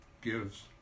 gives